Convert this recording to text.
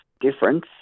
difference